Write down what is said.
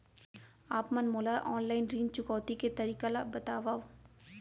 आप मन मोला ऑनलाइन ऋण चुकौती के तरीका ल बतावव?